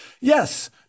Yes